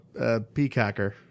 peacocker